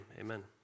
amen